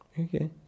okay